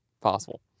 possible